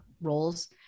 roles